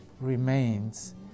remains